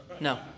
no